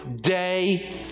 day